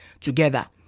together